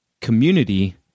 community